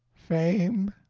fame,